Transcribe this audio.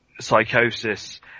Psychosis